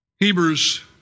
Hebrews